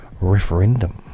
referendum